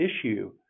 issue